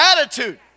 attitude